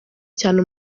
cyane